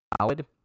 valid